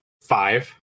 Five